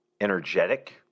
energetic